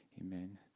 amen